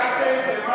הרי, תעשה את זה.